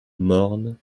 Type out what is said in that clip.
morne